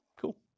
Cool